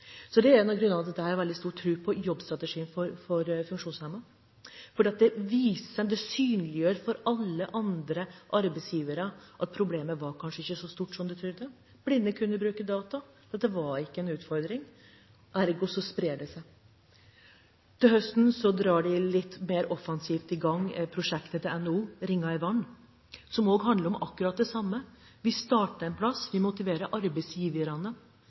En av grunnene til at jeg har veldig stor tro på jobbstrategien for funksjonshemmede, er at den synliggjør for alle arbeidsgivere at problemet kanskje ikke var så stort som det så ut til. Blinde kunne bruke data. Dette var ikke en utfordring. Ergo sprer det seg. Til høsten drar NHO litt mer offensivt i gang prosjektet «Ringer i vannet», som handler om akkurat det samme. En starter et sted, en motiverer arbeidsgiverne.